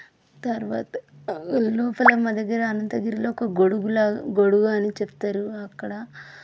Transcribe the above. తర్వాత అందులోపల మా దగ్గర అనంతగిరిలో ఒక గొడుగులాగ గొడుగు అని చెప్తారు అక్కడ